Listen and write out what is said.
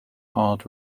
hard